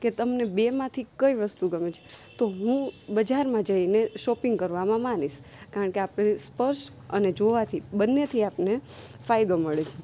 કે તમને બે માંથી કઈ વસ્તુ ગમે છે તો હું બજારમાં જઈને શોપિંગ કરવામાં માનીશ કારણ કે આપણને સ્પર્શ અને જોવાથી બંનેથી આપણને ફાયદો મળે છે